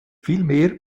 vielmehr